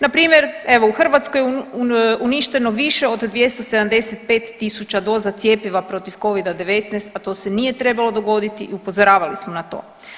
Npr., evo, u Hrvatskoj uništeno više od 275 tisuća doza cjepiva protiv Covida-19, a to se nije trebalo dogoditi i upozoravali smo na to.